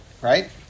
Right